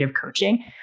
coaching